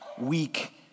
weak